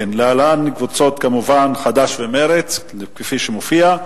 להלן: קבוצות חד"ש ומרצ, כפי שמופיע.